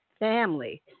Family